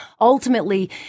ultimately